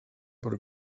per